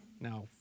Now